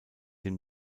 dem